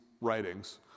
writings